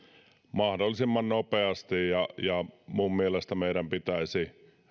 mahdollisimman nopeasti ja minun mielestäni meidän pitäisi